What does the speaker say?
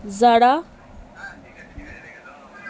zara